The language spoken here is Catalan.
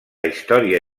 història